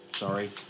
Sorry